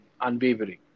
unwavering